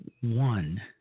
one